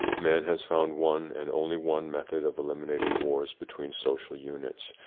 man has found one, and only one, method of eliminating wars between social units,